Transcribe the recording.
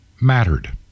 mattered